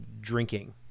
drinking